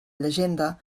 llegenda